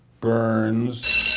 Burns